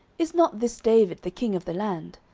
is not this david the king of the land?